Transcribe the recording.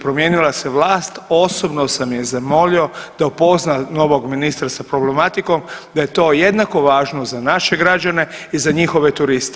Promijenila se vlast osobno sam je zamolio da upozna novog ministra sa problematikom, da je to jednako važno za naše građane i za njihove turiste.